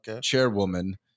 chairwoman